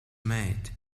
mate